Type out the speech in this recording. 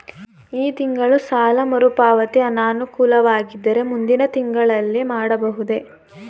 ಈ ತಿಂಗಳು ಸಾಲ ಮರುಪಾವತಿ ಅನಾನುಕೂಲವಾಗಿದ್ದರೆ ಮುಂದಿನ ತಿಂಗಳಲ್ಲಿ ಮಾಡಬಹುದೇ?